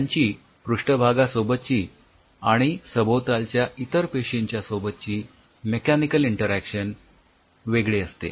त्यांची पृष्ठभागासोबतची आणि सभोवतालच्या इतर पेशींच्या सोबतची मेकॅनिकल इंटरॅक्टशन वेगळी असते